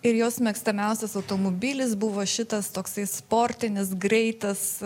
ir jos mėgstamiausias automobilis buvo šitas toksai sportinis greitas